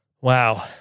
Wow